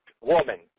woman